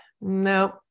nope